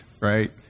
right